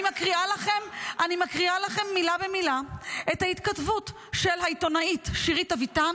אני מקריאה לכם מילה במילה את ההתכתבות של העיתונאית שירית אביטן